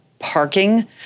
parking